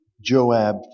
Joab